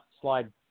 slide